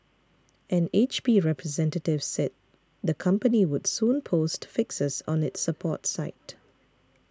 an H P representative said the company would soon post fixes on its support site